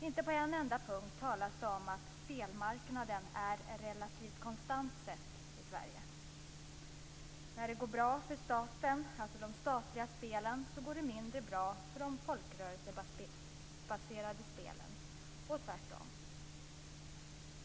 Inte på en enda punkt talas det om att spelmarknaden är relativt konstant i Sverige. När det går bra för de statliga spelen går det mindre bra för de folkrörelsebaserade spelen och tvärtom.